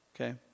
Okay